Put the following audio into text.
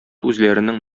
үзләренең